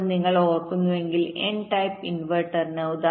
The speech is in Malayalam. ഇപ്പോൾ നിങ്ങൾ ഓർക്കുന്നുവെങ്കിൽ n ടൈപ്പ് ഇൻവെർട്ടറിന്